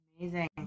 Amazing